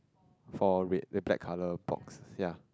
four red the black colour box ya